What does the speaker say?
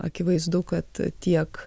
akivaizdu kad tiek